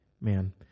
Man